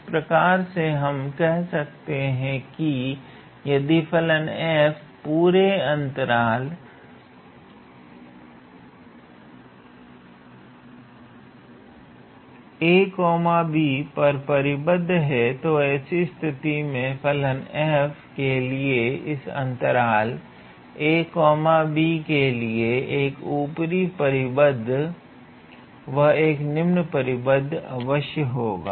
इस प्रकार से हम यह कह सकते हैं कि यदि फलन 𝑓 पूरे अंतराल 𝑎b पर परिबद्ध हैतो ऐसी स्थिति में फलन 𝑓 के लिए इस अंतराल 𝑎𝑏 के लिए एक ऊपरी परिबद्ध व एक निम्न परिबद्ध अवश्य होगा